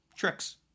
Tricks